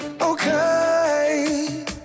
okay